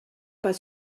pas